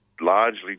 largely